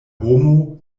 homo